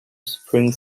spring